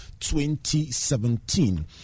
2017